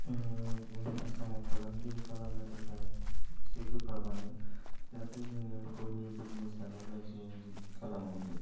जोंनि आसामाव फालांगिरि खालामनो थाखाय इसे गोब्राबानो जाहाते जोङो गइनि बिजनेसानो जा जियानो खालामा मानो